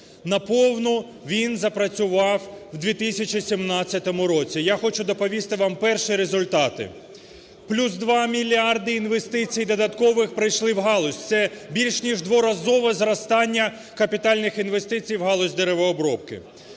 Наповну він запрацював у 2017 році. Я хочу доповісти вам перші результати. Плюс 2 мільярди інвестицій додаткових прийшли в галузь, це більше ніж дворазове зростання капітальних інвестицій у галузь деревообробки.